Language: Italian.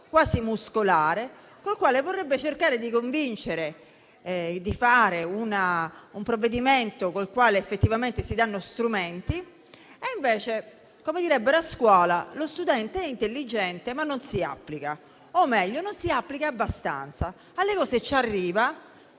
quasi muscolare con il quale vorrebbe cercare di convincere di fare un provvedimento con il quale effettivamente si danno strumenti e, invece, come direbbero a scuola, lo studente è intelligente, ma non si applica o meglio non si applica abbastanza, alle cose ci arriva,